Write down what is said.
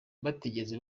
batigeze